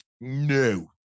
No